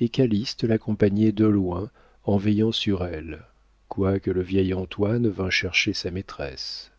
et calyste l'accompagnait de loin en veillant sur elle quoique le vieil antoine vînt chercher sa maîtresse